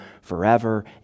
forever